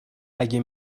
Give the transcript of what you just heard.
اگه